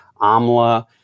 Amla